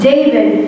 David